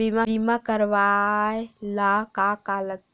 बीमा करवाय ला का का लगथे?